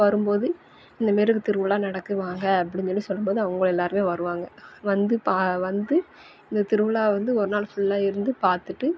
வரும்போது இந்த மாரி இங்கே திருவிழா நடக்கு வாங்க அப்படின்னு சொல்லி சொல்லும்போது அவங்க எல்லாருமே வருவாங்க வந்து பா வந்து இந்த திருவிழாவ வந்து ஒரு நாள் ஃபுல்லாக இருந்து பார்த்துட்டு